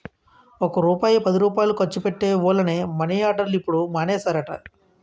ఒక్క రూపాయి పదిరూపాయలు ఖర్చు పెట్టే వోళ్లని మని ఆర్డర్లు ఇప్పుడు మానేసారట